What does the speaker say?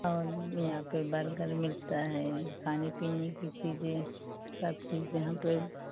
और यहाँ पर बर्गर मिलता है खाने पीने की चीज़ें सब चीज़ यहाँ पर